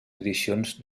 edicions